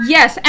Yes